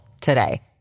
today